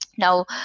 Now